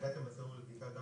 --- נגעתם בצורך לבדיקת של